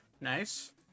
Nice